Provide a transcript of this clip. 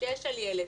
שיש על ילד.